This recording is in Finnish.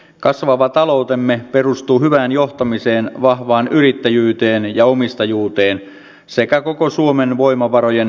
kasvava taloutemme perustuu hyvään johtamiseen vahvaan yrittäjyyteen ja omistajuuteen sekä koko suomen voimavarojen